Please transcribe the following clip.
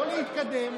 לא להתקדם,